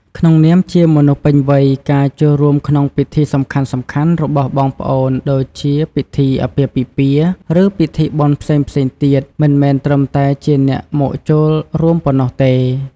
ក្នុងនាមជាមនុស្សពេញវ័យ ការចូលរួមក្នុងពិធីសំខាន់ៗរបស់បងប្អូនដូចជាពិធីអាពាហ៍ពិពាហ៍ ឬពិធីបុណ្យផ្សេងៗទៀត មិនមែនត្រឹមតែជាអ្នកមកចូលរួមប៉ុណ្ណោះទេ។